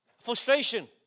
frustration